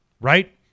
right